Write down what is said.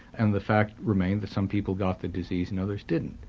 and the fact remained that some people got the disease and others didn't.